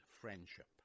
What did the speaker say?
friendship